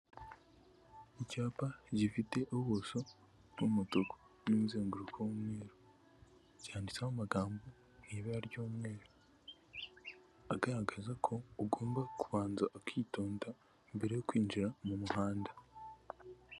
Icyapa gifite ubuso bw'umutuku n'umuzenguruko w'umweru, cyanditseho amagambo mu ibara ry'umweru, agaragaza ko ugomba kubanza ukitonda mbere yo kwinjira mu muhanda.